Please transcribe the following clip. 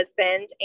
husband